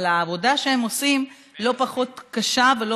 אבל העבודה שהם עושים לא פחות קשה ולא